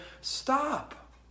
Stop